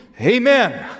Amen